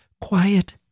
quiet